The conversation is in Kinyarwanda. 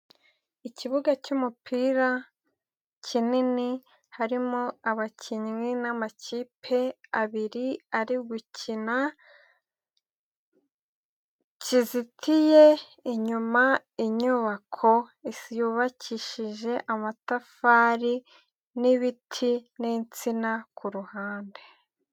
Ikibuga cy'umupira kinini harimo abakinnyi n'amakipe abiri ari gukina, kizitiye inyuma inyubako yubakishije amatafari n'ibiti n'insina ku ruhande.